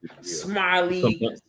smiley